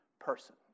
person